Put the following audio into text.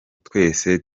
twese